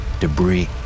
debris